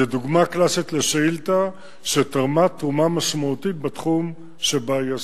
זו דוגמה קלאסית לשאילתא שתרמה תרומה משמעותית בתחום שבו היא עסקה.